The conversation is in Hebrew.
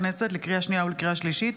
הכנסת לקריאה שנייה ולקריאה שלישית,